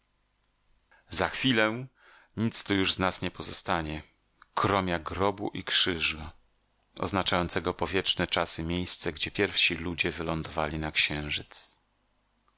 za chwilę nic tu już z nas nie pozostanie kromia grobu i krzyża oznaczającego po wieczne czasy miejsce gdzie pierwsi ludzie wylądowali na księżyc